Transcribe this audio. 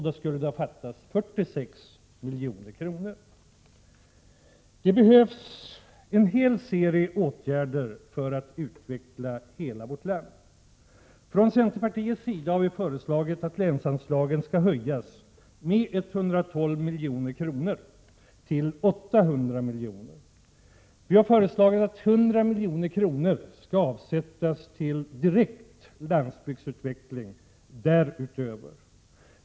Då skulle det ha fattats 46 milj.kr. Det behövs en serie åtgärder för att utveckla hela vårt land. Från centerpartiets sida har vi föreslagit att länsanslagen skall höjas med 112 milj.kr. till 802 miljoner. Vi har därutöver föreslagit att 100 milj.kr. skall avsättas till direkt landsbygdsutveckling.